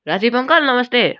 Rajib uncle नमस्ते